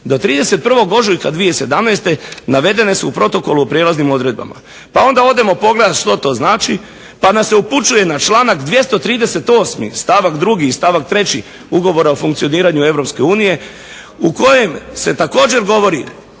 do 31. ožujke 2017. navedene su u Protokolu o prijelaznim odredbama". Pa onda odemo pogledati što to znači pa nas se upućuje na članka 238. stavak 2. i stavak 3. Ugovora o funkcioniranju Europske unije u kojem se također govori